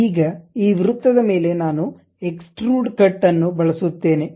ಈಗ ಈ ವೃತ್ತದ ಮೇಲೆ ನಾನು ಎಕ್ಸ್ಟ್ರೂಡ್ ಕಟ್ ಅನ್ನು ಬಳಸುತ್ತೇನೆ